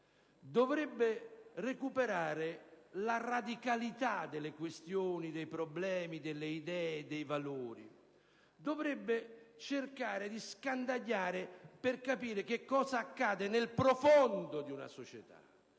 accade, recuperare la radicalità delle questioni, dei problemi, delle idee e dei valori, cercare di scandagliare per capire che cosa accade nel profondo di una società.